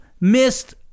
missed